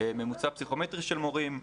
ממוצע פסיכומטרי של מורים,